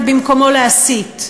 ובמקום זה להסית.